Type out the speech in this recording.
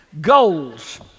Goals